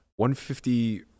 150